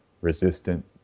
resistant